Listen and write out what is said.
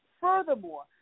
Furthermore